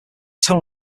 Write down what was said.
tone